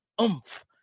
oomph